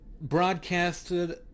broadcasted